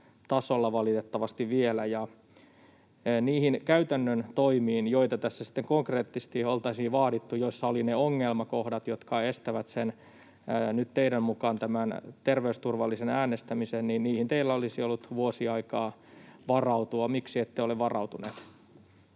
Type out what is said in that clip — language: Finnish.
tasolla valitettavasti vielä. Ja niihin käytännön toimiin, joita tässä sitten konkreettisesti oltaisiin vaadittu ja joissa olivat ne ongelmakohdat, jotka estävät nyt teidän mukaanne tämän terveysturvallisen äänestämisen, teillä olisi ollut vuosi aikaa varautua. Miksi ette ole varautuneet?